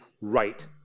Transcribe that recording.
right